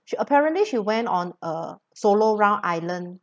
she apparently she went on a solo round island